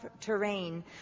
terrain